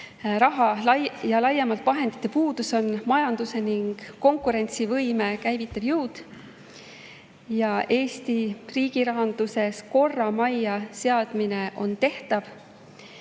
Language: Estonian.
raha ja laiemalt vahendite puudus on majandust ning konkurentsivõimet käivitav jõud. Eesti riigirahanduses korra majja saamine on tehtav